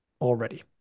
already